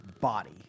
body